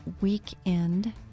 weekend